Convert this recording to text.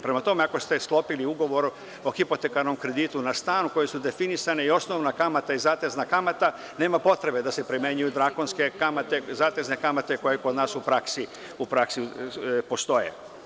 Prema tome, ako ste sklopili ugovor o hipotekarnom kreditu na stan, kojim su definisane i osnovna i zatezna kamata, nema potrebe da se primenjuju drakonske kamate, zatezne kamate koje kod nas u praksi postoje.